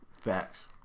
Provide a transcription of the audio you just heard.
Facts